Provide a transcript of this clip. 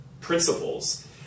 principles